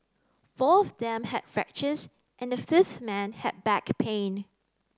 four of them had fractures and the fifth man had back pain